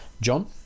John